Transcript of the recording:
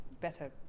better